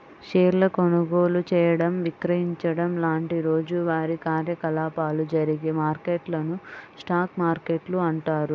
షేర్ల కొనుగోలు చేయడం, విక్రయించడం లాంటి రోజువారీ కార్యకలాపాలు జరిగే మార్కెట్లను స్టాక్ మార్కెట్లు అంటారు